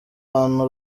bantu